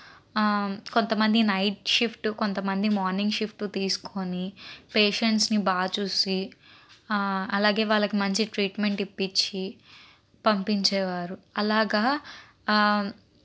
కొంత మంది night shift కొంతమంది మార్నింగ్ షిఫ్ట్ తీసుకొని పేషెంట్స్ని బాగా చూసి అలాగే వాళ్ళకి మంచి ట్రీట్మెంట్ ఇప్పించి పంపించే వారు అలాగా